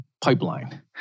pipeline